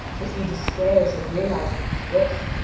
but he despairs of realising his wish,